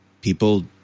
People